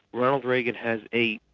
ronald reagan has a